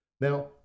Now